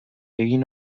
egin